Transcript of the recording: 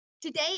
Today